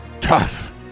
tough